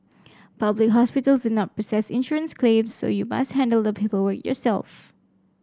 public hospitals do not process insurance claims so you must handle the paperwork yourself